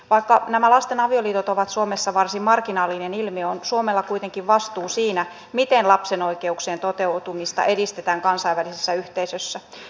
vaikka nämä lasten avioliitot ovat suomessa varsin marginaalinen ilmiö on suomella kuitenkin vastuu siinä miten lapsen oikeuksien toteutumista edistetään kansainvälisessä yhteisössä